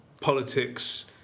politics